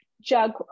jug